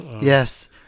Yes